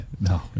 no